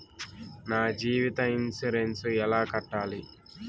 నా జీవిత ఇన్సూరెన్సు ఎలా కట్టాలి?